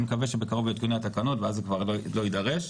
אני מקווה שבקרוב יעודכנו התקנות ואז זה כבר לא יידרש.